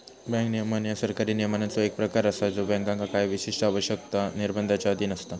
bank नियमन ह्या सरकारी नियमांचो एक प्रकार असा ज्यो बँकांका काही विशिष्ट आवश्यकता, निर्बंधांच्यो अधीन असता